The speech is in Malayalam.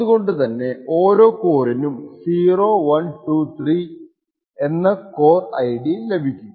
അതുകൊണ്ടു ഓരോ കോറിനും 0 1 2 and 3 എന്ന കോർ ID ലഭിക്കും